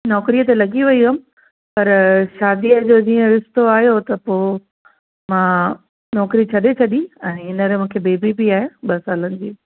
नौकिरीअ ते लॻी वयी हुयमि पर शादीअ जो जीअं रिश्तो आयो त पोइ मां नौकिरी छॾे छॾी ऐं हीअंर मूंखे बेबी बि आहे ॿ सालनि जी